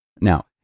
Now